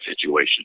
situation